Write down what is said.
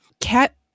cat